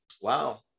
Wow